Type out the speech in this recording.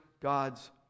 God's